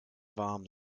warm